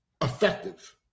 effective